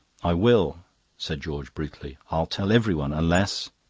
i will said george brutally. i'll tell everyone, unless.